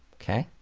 okay?